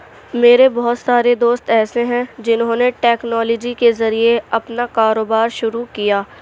میرے بہت سارے دوست ایسے ہیں جنہوں نے ٹیکنالوجی کے ذریعے اپنا کاروبار شروع کیا